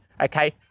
Okay